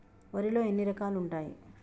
వరిలో ఎన్ని రకాలు ఉంటాయి?